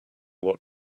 what